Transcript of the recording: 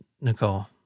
Nicole